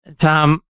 Tom